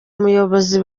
umuyobozi